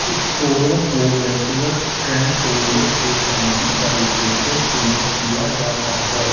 स्कोरों को व्यक्तिगत ट्रैम्पोलिस के समान तरीके से चिह्नित किया जाता है